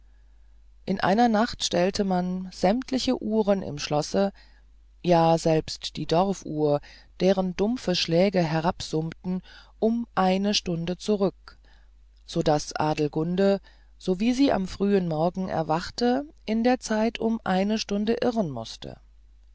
in einer nacht stellte man sämtliche uhren im schlosse ja selbst die dorfuhr deren dumpfe schläge herabsummten um eine stunde zurück so daß adelgunde sowie sie am frühen morgen erwachte in der zeit um eine stunde irren mußte